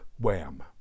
Wham